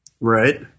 Right